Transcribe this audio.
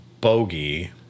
bogey